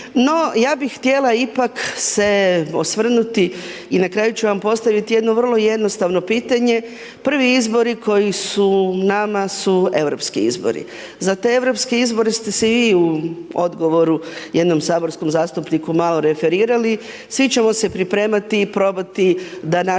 No, ja bih htjela ipak se osvrnuti i na kraju ću vam postaviti jedno vrlo jednostavno pitanje, prvi izbori koji su nama su europski izbori. Za te europske izbore ste se i vi u odgovoru jednom saborskom zastupniku malo referirali. Svi ćemo se pripremati i probati da naši